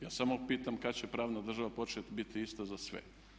Ja samo pitam kada će pravna država početi biti ista za sve.